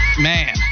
Man